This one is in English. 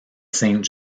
saint